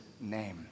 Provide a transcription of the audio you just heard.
name